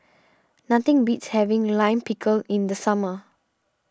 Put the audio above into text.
nothing beats having Lime Pickle in the summer